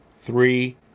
three